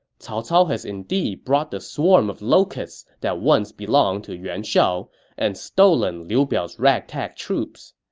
cao cao has indeed brought the swarm of locusts that once belonged to yuan shao and stolen liu biao's rag-tag troops.